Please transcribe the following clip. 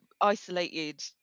isolated